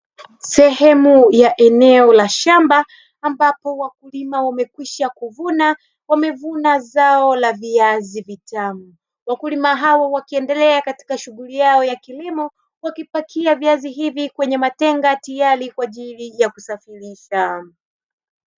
Sehemu ya eneo la shamba ambapo wakulima wamekwisha kuvuna, wamevuna zao la viazi vitamu wakulima hawa wakiendelea katika shughuli yao ya kilimo wakipakia viazi hivi kwenye matenga tayari kwa ajili ya kusafirisha.